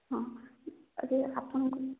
ହଁ ଆରେ ଆପଣଙ୍କ